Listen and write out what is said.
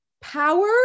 power